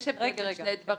ראשית,